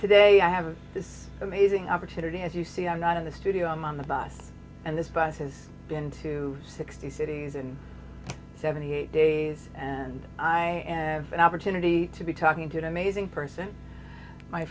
today i have this amazing opportunity as you see i'm not in the studio i'm on the bus and this bus has been to sixty cities and seventy eight days and i have an opportunity to be talking to an amazing person my